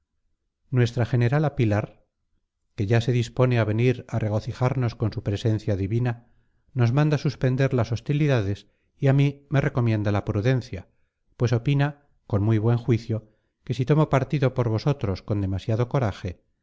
nuestra generala pilar que ya se dispone a venir a regocijarnos con su presencia divina nos manda suspender las hostilidades y a mí me recomienda la prudencia pues opina con muy buen juicio que si tomo partido por vosotros con demasiado coraje